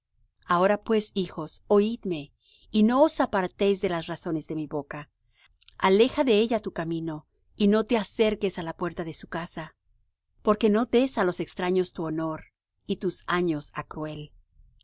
ahora pues hijos oidme y no os apartéis de las razones de mi boca aleja de ella tu camino y no te acerques á la puerta de su casa porque no des á los extraños tu honor y tus años á cruel